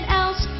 else